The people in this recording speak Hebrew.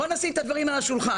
בואו נשים את הדברים על השולחן.